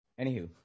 Anywho